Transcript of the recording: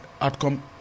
outcome